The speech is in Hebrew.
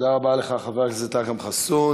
תודה רבה לך, חבר הכנסת אכרם חסון.